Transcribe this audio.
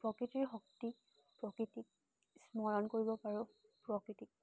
প্ৰকৃতিৰ শক্তিক প্ৰকৃতিক স্মৰণ কৰিব পাৰোঁ প্ৰকৃতিক